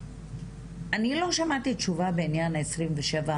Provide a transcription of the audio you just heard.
היא לא נותנת את היציבות שצריכה,